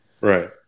Right